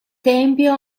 tempio